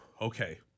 okay